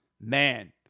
Man